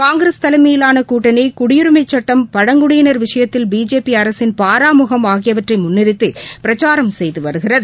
காங்கிரஸ் தலைமையிலான கூட்டணி குடியுரிமைச் சட்டம் பழங்குடியினர் விஷயத்தில் பிஜேபி அரசின் பாராமுகம் ஆகியவற்றை முன்நிறுத்தி பிரச்சாரம் செய்து வருகிறது